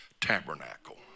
Tabernacle